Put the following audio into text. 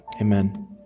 Amen